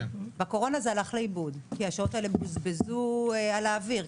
בקורונה זה הלך לאיבוד כי השעות האלה בוזבזו על האוויר,